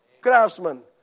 craftsman